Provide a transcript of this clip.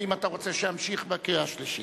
האם אתה רוצה שאמשיך בקריאה שלישית?